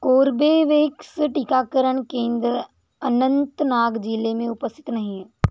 Corbevax टीकाकरण केंद्र अनंतनाग ज़िले में उपस्थित नहीं है